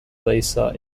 lisa